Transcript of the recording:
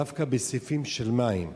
דווקא בסעיפים של מים.